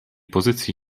pozycji